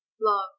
Love